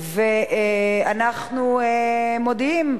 ואנחנו מודיעים.